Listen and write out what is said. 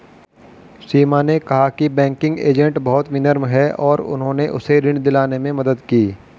सीमा ने कहा कि बैंकिंग एजेंट बहुत विनम्र हैं और उन्होंने उसे ऋण दिलाने में मदद की